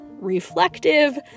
reflective